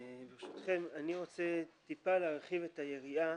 אני רוצה טיפה להרחיב את היריעה,